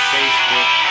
Facebook